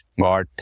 got